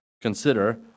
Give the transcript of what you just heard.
consider